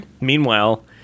Meanwhile